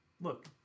Look